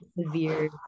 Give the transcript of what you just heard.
severe